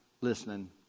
listening